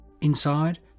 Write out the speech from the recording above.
Inside